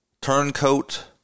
turncoat